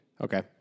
Okay